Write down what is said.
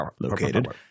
located